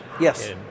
Yes